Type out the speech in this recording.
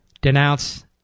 denounce